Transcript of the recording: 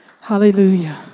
hallelujah